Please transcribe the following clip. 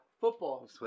football